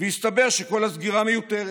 והסתבר שכל הסגירה מיותרת.